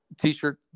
t-shirt